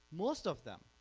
most of them